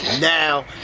Now